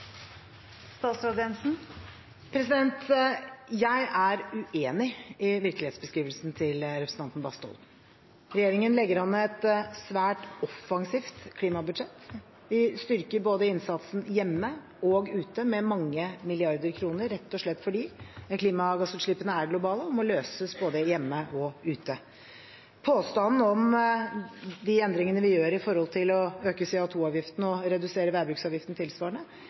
Jeg er uenig i virkelighetsbeskrivelsen til representanten Bastholm. Regjeringen legger frem et svært offensivt klimabudsjett. Vi styrker innsatsen både hjemme og ute med mange milliarder kroner rett og slett fordi klimagassutslippene er globale og må løses både hjemme og ute. Når det gjelder påstanden om de endringene vi gjør når det gjelder å øke CO 2 -avgiften og redusere veibruksavgiften tilsvarende,